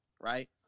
right